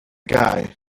guy